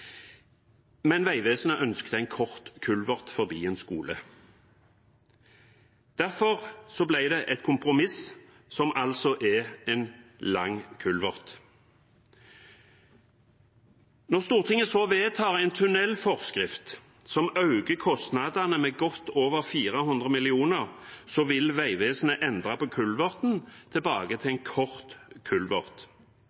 men Vegvesenet ønsket en kort kulvert forbi en skole. Derfor ble det et kompromiss: en lang kulvert. Når Stortinget så vedtar en tunnelforskrift som øker kostnadene med godt over 400 mill. kr, vil Vegvesenet endre kulverten tilbake til